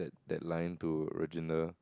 that line to